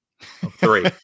Three